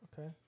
Okay